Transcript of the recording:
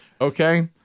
Okay